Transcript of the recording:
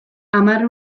hamar